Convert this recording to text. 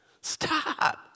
Stop